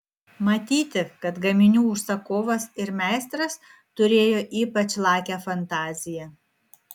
matyti kad gaminių užsakovas ir meistras turėjo ypač lakią fantaziją